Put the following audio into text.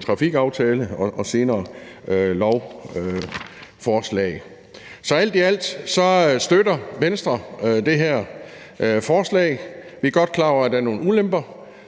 trafikaftale og senere et lovforslag. Så alt i alt støtter Venstre det her forslag. Vi er godt klar over, at der er nogle ulemper.